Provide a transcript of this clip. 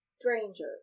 stranger